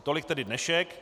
Tolik tedy dnešek.